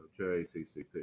JACCP